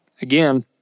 Again